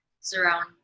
surround